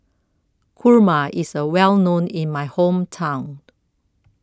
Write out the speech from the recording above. Kurma IS A Well known in My Hometown